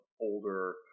older